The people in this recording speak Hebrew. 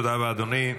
תודה רבה, אדוני.